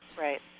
Right